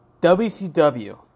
WCW